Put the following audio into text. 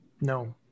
no